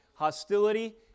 hostility